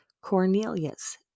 Cornelius